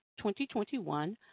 2021